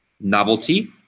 novelty